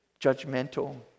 judgmental